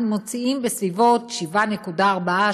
אנחנו מוציאים בסביבות 7.4%,